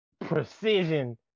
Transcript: precision